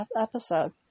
episode